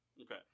Okay